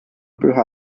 püha